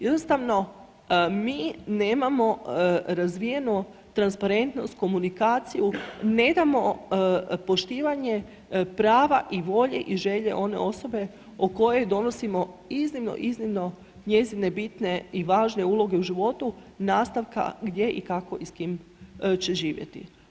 Jednostavno mi nemamo razvijenu transparentnost, komunikaciju, ne damo poštivanje prava i volje i želje one osobe o kojoj donosimo iznimno, iznimno njezine bitne i važne uloge u životu, nastavka gdje i kako i s kim će živjeti.